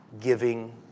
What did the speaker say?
giving